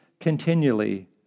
continually